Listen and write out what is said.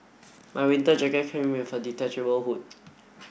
my winter jacket came with a detachable hood